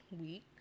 week